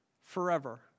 forever